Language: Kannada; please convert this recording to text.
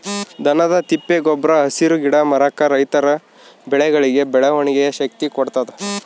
ದನದ ತಿಪ್ಪೆ ಗೊಬ್ರ ಹಸಿರು ಗಿಡ ಮರ ರೈತರ ಬೆಳೆಗಳಿಗೆ ಬೆಳವಣಿಗೆಯ ಶಕ್ತಿ ಕೊಡ್ತಾದ